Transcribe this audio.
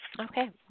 Okay